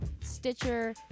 Stitcher